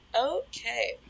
okay